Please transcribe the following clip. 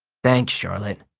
thanks, charlotte.